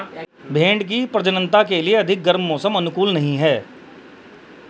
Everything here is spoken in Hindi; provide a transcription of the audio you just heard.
भेंड़ की प्रजननता के लिए अधिक गर्म मौसम अनुकूल नहीं है